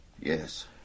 Yes